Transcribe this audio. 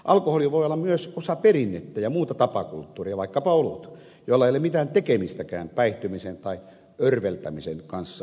alkoholi voi olla myös osa perinnettä ja muuta tapakulttuuria vaikkapa olut jolla ei ole mitään tekemistäkään päihtymisen tai örveltämisen kanssa